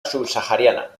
subsahariana